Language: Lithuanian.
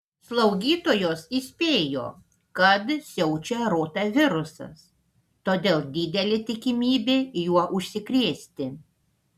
slaugytojos įspėjo kad siaučia rotavirusas todėl didelė tikimybė juo užsikrėsti